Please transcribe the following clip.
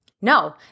No